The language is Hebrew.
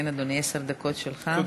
כן, אדוני, עשר דקות שלך.